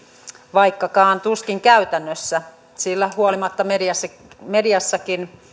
vaikkakaan tuskin käytännössä sillä huolimatta mediassakin mediassakin